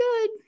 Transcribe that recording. good